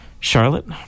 Charlotte